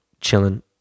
chilling